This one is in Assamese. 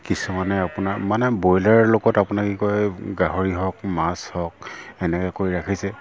কিছুমানে আপোনাৰ মানে ব্ৰইলাৰৰ লগত আপোনাক কি কয় গাহৰি হওক মাছ হওক এনেকৈ কৰি ৰাখিছে